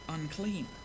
unclean